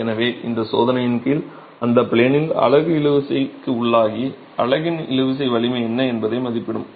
எனவே இந்தச் சோதனையின் கீழ் அந்த ப்ளேனில் அலகு இழுவிசைக்கு உள்ளாகி அலகின் இழுவிசை வலிமை என்ன என்பதை மதிப்பிடும்